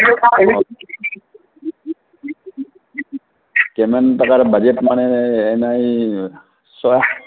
কিমান টকাৰ বাজেট মানে এনেই ছয়